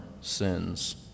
sins